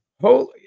holy